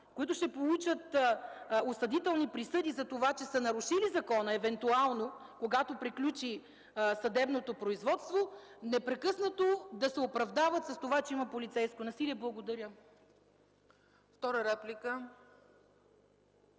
които ще получат осъдителни присъди за това, че евентуално са нарушили закона, когато приключи съдебното производство, непрекъснато да се оправдават, че има полицейско насилие?! Благодаря.